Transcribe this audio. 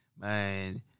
man